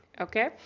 Okay